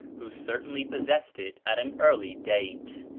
who certainly possessed it at an early date.